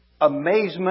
amazement